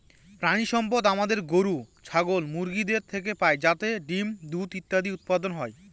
প্রানীসম্পদ আমাদের গরু, ছাগল, মুরগিদের থেকে পাই যাতে ডিম, দুধ ইত্যাদি উৎপাদন হয়